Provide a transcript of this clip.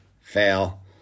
Fail